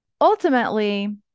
Ultimately